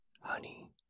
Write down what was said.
honey